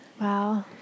Wow